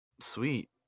Sweet